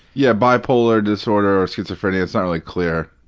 yeah, bipolar disorder, schizophrenia, it's not really clear.